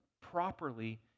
properly